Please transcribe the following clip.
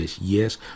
Yes